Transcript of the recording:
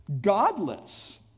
godless